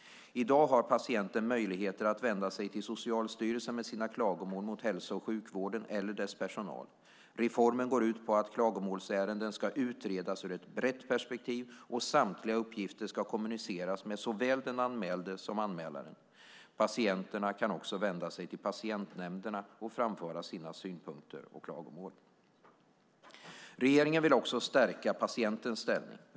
I dag har patienter möjligheter att vända sig till Socialstyrelsen med sina klagomål mot hälso och sjukvården eller dess personal. Reformen går ut på att klagomålsärenden ska utredas ur ett brett perspektiv, och samtliga uppgifter ska kommuniceras med såväl den anmälde som anmälaren. Patienterna kan också vända sig till patientnämnderna och framföra sina synpunkter och klagomål. Regeringen vill också stärka patientens ställning.